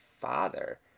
father